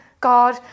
God